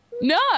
No